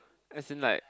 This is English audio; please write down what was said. as in like